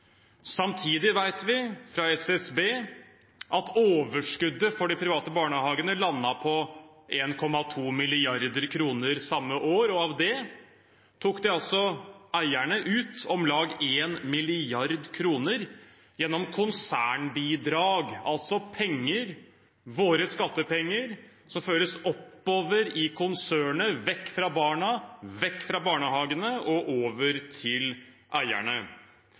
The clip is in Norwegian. Samtidig vet vi, fra SSB, at overskuddet for de private barnehagene landet på 1,2 mrd. kr samme år, og av det tok eierne ut om lag 1 mrd. kr gjennom konsernbidrag, altså penger – våre skattepenger – som føres oppover i konsernet, vekk fra barna, vekk fra barnehagene og over til eierne.